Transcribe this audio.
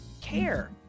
care